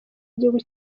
igihugu